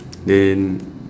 then